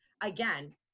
again